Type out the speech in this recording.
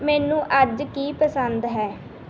ਮੈਨੂੰ ਅੱਜ ਕੀ ਪਸੰਦ ਹੈ